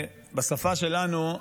בשפה שלנו,